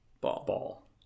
ball